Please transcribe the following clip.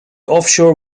offshore